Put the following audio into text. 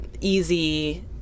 easy